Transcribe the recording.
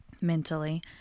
mentally